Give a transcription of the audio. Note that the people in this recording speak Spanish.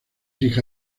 hija